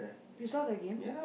you saw the game